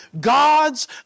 God's